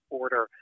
order